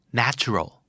natural